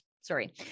sorry